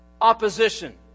opposition